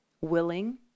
willing